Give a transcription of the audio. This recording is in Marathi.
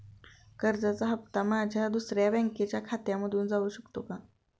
कर्जाचा हप्ता माझ्या दुसऱ्या बँकेच्या खात्यामधून जाऊ शकतो का?